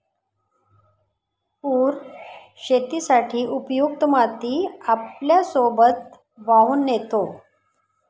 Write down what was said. पूर शेतीसाठी उपयुक्त माती आपल्यासोबत वाहून नेतो